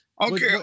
Okay